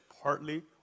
partly